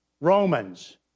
Romans